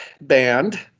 band